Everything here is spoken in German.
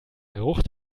geruch